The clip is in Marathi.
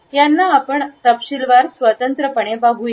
यांना आपण तपशीलवार स्वतंत्रपणे घेऊया